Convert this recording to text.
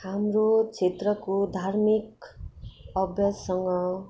हाम्रो क्षेत्रको धार्मिक अभ्याससँग